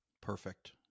Perfect